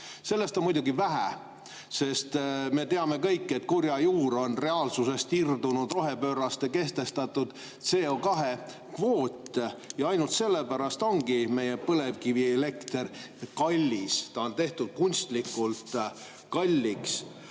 Sellest on muidugi vähe, sest me teame kõik, et kurja juur on reaalsusest irdunud rohepööraste kehtestatud CO2‑kvoot. Ainult sellepärast ongi meie põlevkivielekter kallis, ta on tehtud kunstlikult kalliks.